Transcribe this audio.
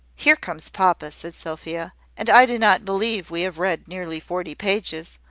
here comes papa! said sophia and i do not believe we have read nearly forty pages.